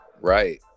Right